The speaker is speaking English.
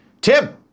Tim